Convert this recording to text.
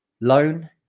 loan